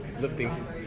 lifting